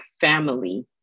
family